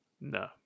No